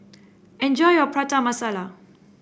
enjoy your Prata Masala